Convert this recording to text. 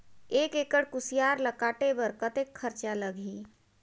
एक एकड़ कुसियार ल काटे बर कतेक खरचा लगही?